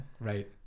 Right